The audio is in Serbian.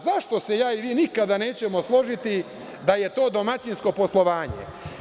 Zašto se ja i vi nikada nećemo složiti da je to domaćinsko poslovanje?